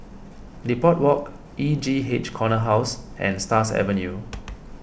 Depot Walk E J H Corner House and Stars Avenue